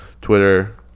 Twitter